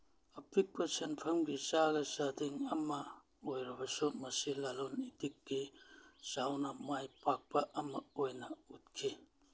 ꯑꯄꯤꯛꯄ ꯁꯦꯟꯐꯝꯒꯤ ꯆꯥꯗ ꯆꯥꯗꯤꯡ ꯑꯃ ꯑꯣꯏꯔꯕꯁꯨ ꯃꯁꯤ ꯂꯂꯣꯟ ꯏꯇꯤꯛꯀꯤ ꯆꯥꯎꯅ ꯃꯥꯏ ꯄꯥꯛꯄ ꯑꯃ ꯑꯣꯏꯅ ꯎꯠꯈꯤ